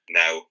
now